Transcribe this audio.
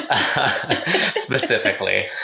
Specifically